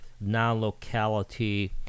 non-locality